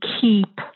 keep